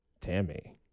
Tammy